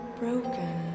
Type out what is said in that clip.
broken